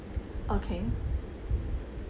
okay